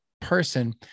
person